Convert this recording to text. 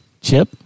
Chip